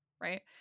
right